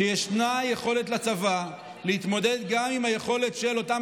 היא שלצבא יש יכולת להתמודד גם עם היכולת של אותם